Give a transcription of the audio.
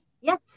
Yes